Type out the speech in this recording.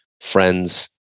friends